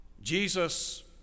Jesus